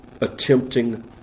attempting